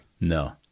No